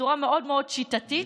בצורה מאוד מאוד שיטתית,